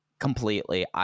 Completely